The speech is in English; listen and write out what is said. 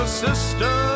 Sister